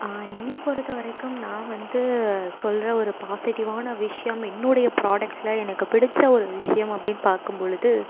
என்னை பொறுத்த வரைக்கும் நான் வந்து சொல்கிற ஒரு பாசிட்டிவான விஷயம் என்னோடைய ப்ரோடக்ட்டில் எனக்கு பிடித்த ஒரு விஷயம் அப்படின் பார்க்கும்பொழுது